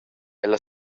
ella